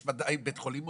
יש מתי בית חולים מודיע.